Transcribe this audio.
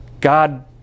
God